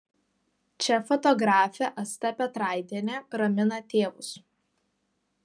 čia fotografė asta petraitienė ramina tėvus